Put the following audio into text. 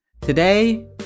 Today